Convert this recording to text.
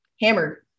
Hammer